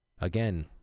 Again